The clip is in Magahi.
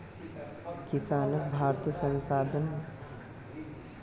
किसानक भारतीय संसद स पास कराल नाया बिल से खुशी नी छे